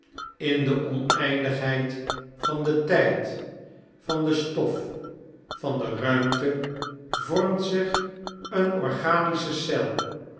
in de oneindigheid van den tijd van de stof van de ruimte vormt zich een organische cel